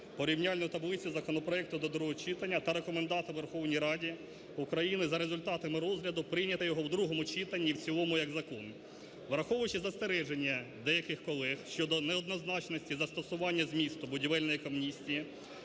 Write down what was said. порівняльну таблицю законопроекту до другого читання та рекомендувати Верховній Раді України за результатами розгляду прийняти його в другому читанні і в цілому як закон. Враховуючи застереження деяких колег щодо неоднозначності застосування змісту будівельних амністій